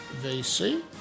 VC